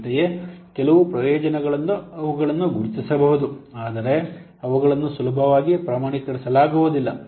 ಅಂತೆಯೇ ಕೆಲವು ಪ್ರಯೋಜನಗಳನ್ನು ಅವುಗಳನ್ನು ಗುರುತಿಸಬಹುದು ಆದರೆ ಅವುಗಳನ್ನು ಸುಲಭವಾಗಿ ಪ್ರಮಾಣೀಕರಿಸಲಾಗುವುದಿಲ್ಲ